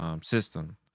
system